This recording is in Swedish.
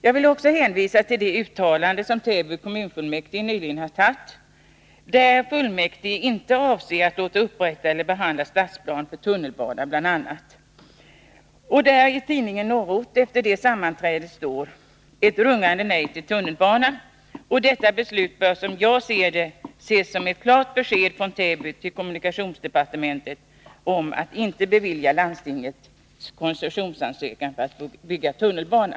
Jag vill också hänvisa till det uttalande som Täby kommunfullmäktige nyligen har tagit och som visar bl.a. att fullmäktige inte avser att låta upprätta eller behandla statsplan för tunnelbana. I tidningen Norrort står efter det sammanträde där detta uttalande antogs: ”Ett rungande nej till tunnelbana”. Detta beslut bör som jag ser det uppfattas som ett klart besked från Täby kommun till kommunikationsdepartementet om att inte bevilja landstingets koncessionsansökan för att få bygga tunnelbana.